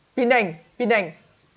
penang penang